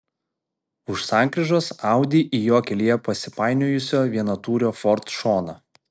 už sankryžos audi į jo kelyje pasipainiojusio vienatūrio ford šoną